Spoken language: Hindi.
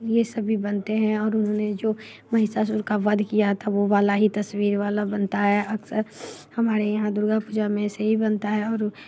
ये सभी बनते हैं और उन्होंने जो महिषासुर का वध किया था वो वाला ही तस्वीर वाला बनता है अक्सर हमारे यहाँ दुर्गा पूजा में ऐसे ही बनता है और